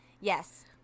Yes